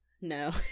No